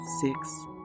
six